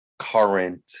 current